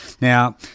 Now